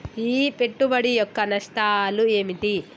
ఈ పెట్టుబడి యొక్క నష్టాలు ఏమిటి?